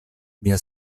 via